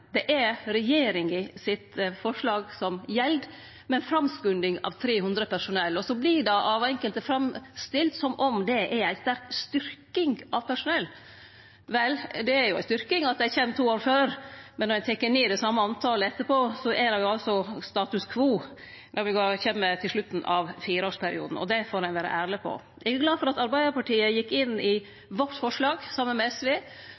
er regjeringa sitt forslag som gjeld, med framskunding av 300 personell. Det vert av enkelte framstilt som om det er ei sterk styrking av personell. Vel, det er jo ei styrking at det kjem to år før, men når ein tek ned det same talet etterpå, er det status quo når me kjem til slutten av fireårsperioden, og det får ein vere ærleg på. Eg er glad for at Arbeidarpartiet gjekk inn i forslaget vårt, saman med SV,